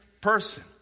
person